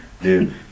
dude